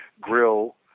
grill